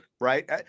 right